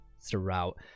throughout